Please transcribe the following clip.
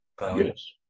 Yes